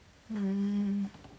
mm